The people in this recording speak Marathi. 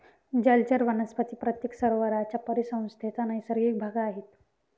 जलचर वनस्पती प्रत्येक सरोवराच्या परिसंस्थेचा नैसर्गिक भाग आहेत